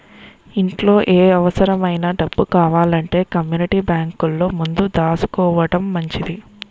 ఇంట్లో ఏ అవుసరమైన డబ్బు కావాలంటే కమ్మూనిటీ బేంకులో ముందు దాసుకోడం మంచిది